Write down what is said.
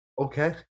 Okay